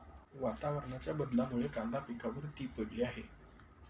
वातावरणाच्या बदलामुळे कांदा पिकावर ती पडली आहे